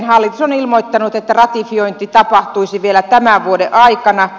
hallitus on ilmoittanut että ratifiointi tapahtuisi vielä tämän vuoden aikana